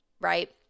right